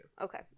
okay